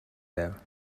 байв